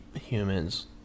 humans